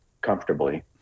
comfortably